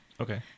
Okay